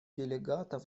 делегатов